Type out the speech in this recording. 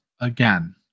again